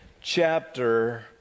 chapter